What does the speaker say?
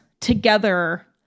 together